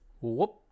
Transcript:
Whoop